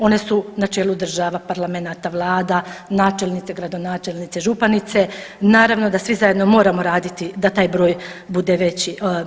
One su na čelu država, parlamenata, vlada, načelnice, gradonačelnice, županice, naravno da svi zajedno moramo raditi da taj broj bude veći.